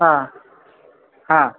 हां हां